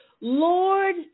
Lord